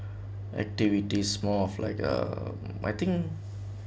activities more of like uh I think